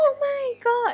oh my god